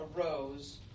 arose